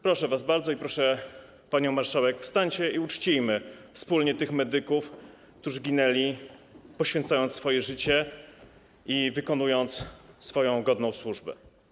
Proszę was bardzo i proszę panią marszałek, wstańcie i uczcijmy wspólnie tych medyków, którzy zginęli, poświęcając swoje życie i wykonując swoją godną służbę.